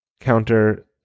counter